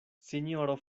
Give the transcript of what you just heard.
sinjoro